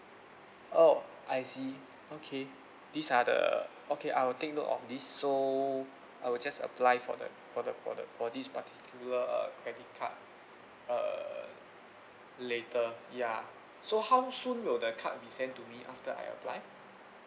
oh I see okay these are the okay I'll take note of this so I will just apply for the for the for the for this particular uh credit card err later ya so how soon will the card be sent to me after I apply